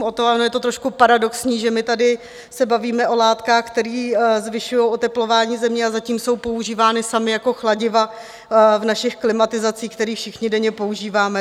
Ono je to trošku paradoxní, že my tady se bavíme o látkách, které zvyšují oteplování země, a zatím jsou používány samy jako chladiva v našich klimatizacích, které všichni denně používáme.